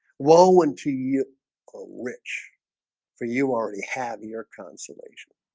whoa and to you rich for you already have your consolation?